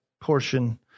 portion